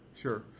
Sure